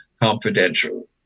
confidential